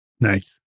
Nice